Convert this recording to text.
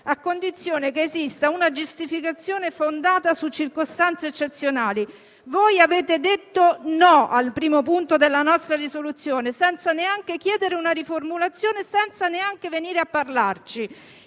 a condizione che esista una giustificazione fondata su circostanze eccezionali. Voi avete detto "no" al primo punto della nostra proposta di risoluzione, senza neanche chiedere una riformulazione e senza neanche venire a parlarci.